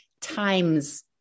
times